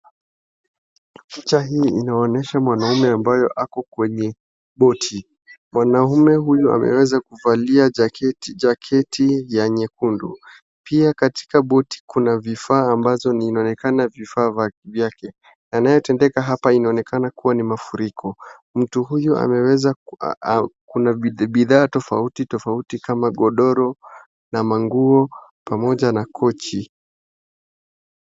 Picha hii inaonyesha mwanaume ambayo ako kwenye boti. Mwanaume huyu ameweza kuvalia jaketi, jaketi ya nyekundu. Pia katika boti kuna vifaa ambazo ni ina onekana vifaa vyake. Yanayotendeka hapa inaonekana kuwa ni mafuriko. Mtu huyo ameweza, kuna bidhaa tofauti tofauti kama godoro na manguo pamoja na kochi.